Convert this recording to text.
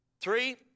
Three